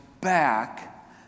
back